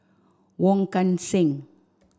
Wong Kan Seng